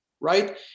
right